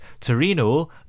Torino